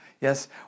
Yes